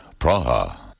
Praha